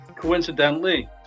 Coincidentally